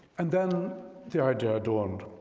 and then the idea dawned.